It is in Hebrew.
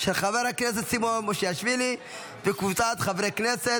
של חבר הכנסת סימון מושיאשוילי וקבוצת חברי הכנסת,